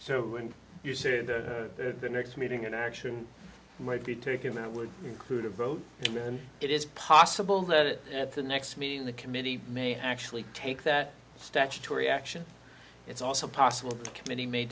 so when you say the next meeting an action might be taken that were included vote and then it is possible that at the next meeting the committee may actually take that statutory action it's also possible a committee may